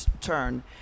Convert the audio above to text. turn